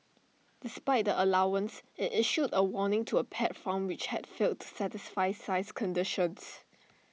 despite the allowance IT issued A warning to A pet farm which had failed to satisfy size conditions